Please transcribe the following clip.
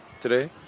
today